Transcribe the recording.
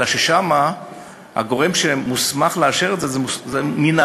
אלא שם הגורם שמוסמך לאשר את זה הוא מינהלתי,